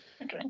right